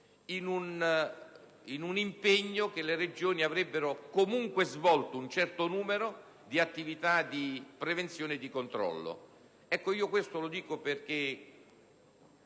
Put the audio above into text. nel senso che le Regioni avrebbero comunque svolto un certo numero di attività di prevenzione e di controllo.